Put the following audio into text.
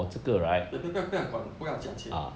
不不不要管不要讲钱